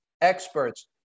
experts